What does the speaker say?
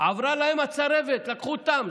עברה להם הצרבת, לקחו טאמס.